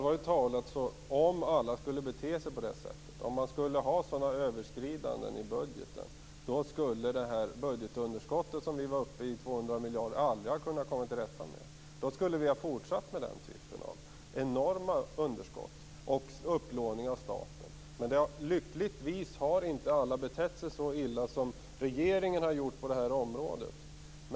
Fru talman! Allvarligt talat skulle vi aldrig ha kommit till rätta med budgetunderskottet på 200 miljarder om alla hade betett sig på det sättet och gjort sådana överskridanden. Då skulle vi ha fortsatt med den typen av enorma underskott och upplåning av staten. Men lyckligtvis har inte alla betett sig så illa som regeringen har gjort på det här området.